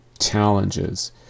challenges